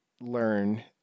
learn